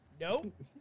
Nope